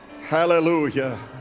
Hallelujah